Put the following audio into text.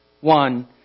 One